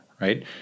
right